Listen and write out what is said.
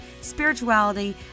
spirituality